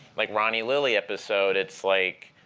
like, ronny lily episode, it's like,